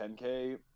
10K